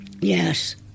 Yes